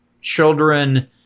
children